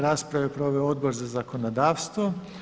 Raspravu je proveo Odbor za zakonodavstvo.